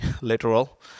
literal